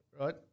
Right